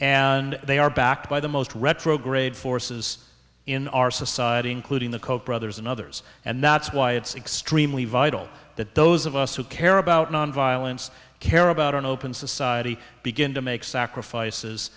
and they are backed by the most retrograde forces in our society including the koch brothers and others and that's why it's extremely vital that those of us who care about nonviolence care about an open society begin to make sacrifices